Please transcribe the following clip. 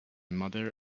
mother